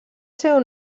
seu